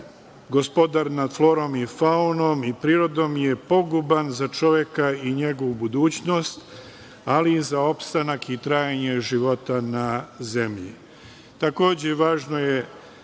gospodar nad florom i faunom i nad prirodom, je poguban za čoveka i njegovu budućnost, ali i za opstanak i trajanje života na zemlji. Takođe,